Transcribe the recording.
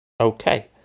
Okay